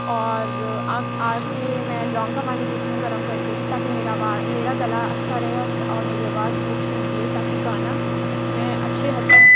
اور آ کے میں لونگ کا پانی پیتی ہوں گرم کر کے تاکہ میرا میرا گلا اچھا رہے اور میری آواز بھی اچھی نکلے تاکہ گانا میں اچھے حد تک